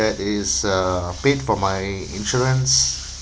that is uh paid for my insurance